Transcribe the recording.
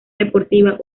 deportiva